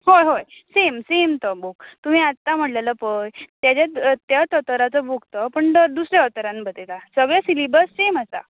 हय हय same same तो बूक तुमी आतां म्हणलेलो पळय तेज्याच त्याच ऑथरचो बूक तो पूण तो दुसऱ्या ऑथरान बरयला सगळें सिलेबस सेम आसा